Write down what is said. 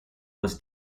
was